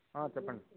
చెప్పండి